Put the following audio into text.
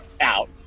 out